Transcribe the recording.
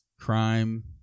crime